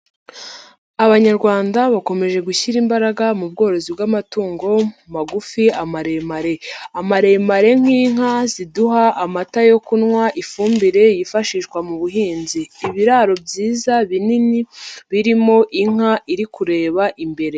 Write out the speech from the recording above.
Abanyarwanda bakomeje gushyira imbaraga mu bworozi bw'amatungo magufi, amaremare. Amaremare nk'inka ziduha amata yo kunywa, ifumbire yifashishwa mu buhinzi. Ibiraro byiza binini birimo inka iri kureba imbere.